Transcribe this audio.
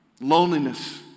loneliness